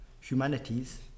humanities